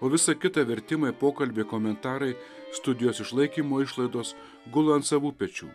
o visa kita vertimai pokalby komentarai studijos išlaikymo išlaidos gula ant savų pečių